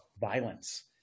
violence